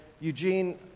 Eugene